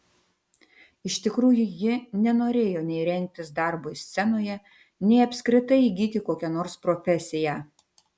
iš tikrųjų ji nenorėjo nei rengtis darbui scenoje nei apskritai įgyti kokią nors profesiją